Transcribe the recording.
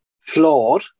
flawed